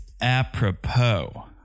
apropos